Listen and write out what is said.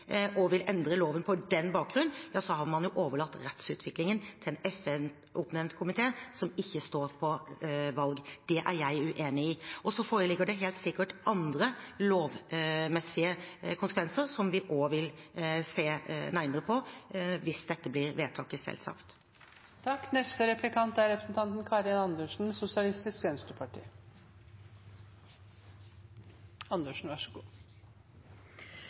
og vil endre loven på den bakgrunn, har man jo overlatt rettsutviklingen til en FN-oppnevnt komité som ikke står på valg. Det er jeg uenig i. Så foreligger det helt sikkert andre lovmessige konsekvenser, som vi selvsagt også vil se nærmere på hvis dette blir vedtaket. Det er mange menneskerettighetskonvensjoner som nå er